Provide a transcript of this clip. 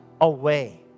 away